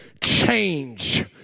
change